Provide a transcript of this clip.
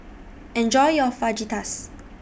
Enjoy your Fajitas